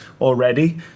already